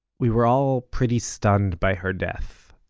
we were all pretty stunned by her death,